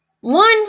One